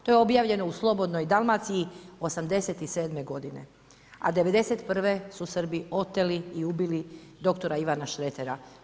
To je objavljeno u Slobodnoj Dalmaciji '87. godine, a '91. su Srbi oteli i ubili dr. Ivana Šretera.